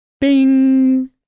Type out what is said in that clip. Bing